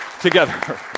together